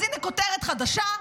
אז הינה כותרת חדשה: